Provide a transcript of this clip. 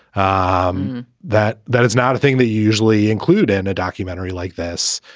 um that that is not a thing that you usually include in a documentary like this.